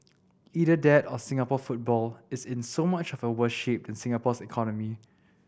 either that or Singapore football is in so much of a worse shape than Singapore's economy